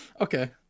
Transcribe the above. Okay